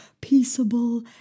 peaceable